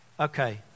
okay